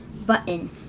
button